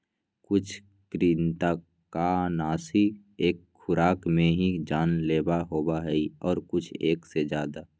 कुछ कृन्तकनाशी एक खुराक में ही जानलेवा होबा हई और कुछ एक से ज्यादा